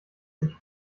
sich